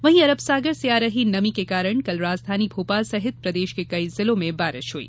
वहीं अरब सागर से आ रही नमी के कारण कल राजधानी भोपाल सहित प्रदेश के कई जिलों में बारिश हुई